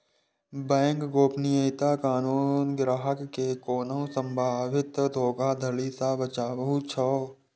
bank गोपनीयता कानून ग्राहक कें कोनो संभावित धोखाधड़ी सं बचाबै छै